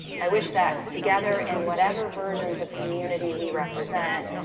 i wish that, together in whatever versions of community we represent,